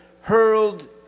hurled